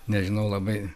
nežinau labai